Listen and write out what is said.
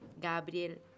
Gabriel